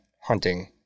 hunting